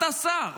אתה השר,